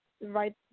right